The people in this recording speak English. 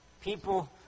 People